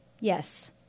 Yes